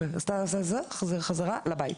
עשו סיבוב והחזירו חזרה לבית.